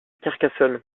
carcassonne